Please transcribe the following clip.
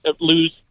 lose